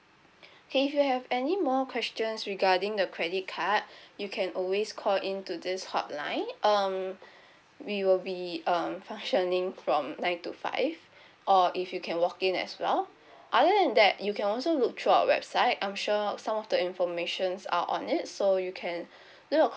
okay if you have any more questions regarding the credit card you can always call in to this hotline um we will be um functioning from nine to five or if you can walk in as well other than that you can also look through our website I'm sure some of the information are on it so you can do a comparing